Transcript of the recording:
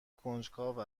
کنجکاو